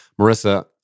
Marissa